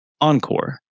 encore